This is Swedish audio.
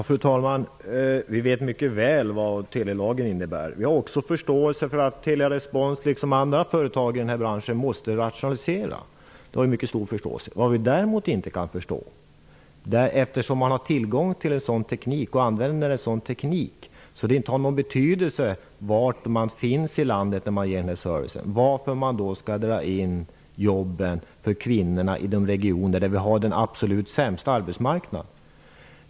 Fru talman! Vi vet mycket väl vad telelagen innebär. Vi har också mycket stor förståelse för att Telerespons, liksom andra företag i denna bransch, måste rationalisera. Däremot kan vi inte förstå varför jobben skall dras in för kvinnorna i de regioner där arbetsmarknaden är absolut sämst. Den teknik som man har tillgång till och använder gör ju att det inte har någon betydelse var i landet man finns när man ger den här servicen.